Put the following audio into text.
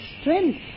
strength